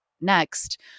next